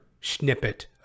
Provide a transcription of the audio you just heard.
snippet